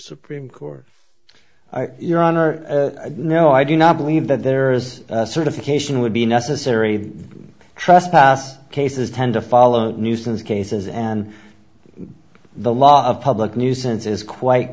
supreme court your honor no i do not believe that there is a certification would be necessary trespass cases tend to follow nuisance cases and the law of public nuisance is quite